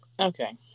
Okay